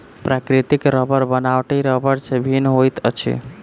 प्राकृतिक रबड़ बनावटी रबड़ सॅ भिन्न होइत अछि